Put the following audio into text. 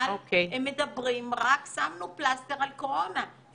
אבל רק שמנו פלסטר על קורונה,